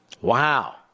Wow